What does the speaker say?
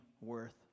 worth